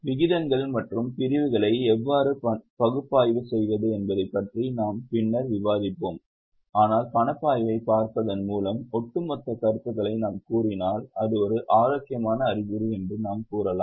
விகிதங்கள் மற்றும் பிரிவுகளை எவ்வாறு பகுப்பாய்வு செய்வது என்பதைப் பற்றி நாம் பின்னர் விவாதிப்போம் ஆனால் பணப்பாய்வை பார்ப்பதன் மூலம் ஒட்டுமொத்த கருத்துக்களை நாம் கூறினால் அது ஒரு ஆரோக்கியமான அறிகுறி என்று நாம் கூறலாம்